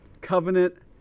covenant